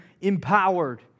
empowered